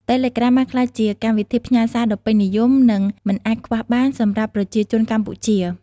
តេឡេក្រាមបានក្លាយជាកម្មវិធីផ្ញើសារដ៏ពេញនិយម និងមិនអាចខ្វះបានសម្រាប់ប្រជាជនកម្ពុជា។